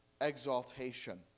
exaltation